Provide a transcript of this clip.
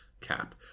cap